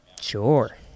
sure